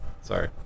Sorry